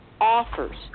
offers